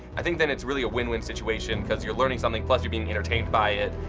i think then it's really a win-win situation because you're learning something, plus you're being entertained by it,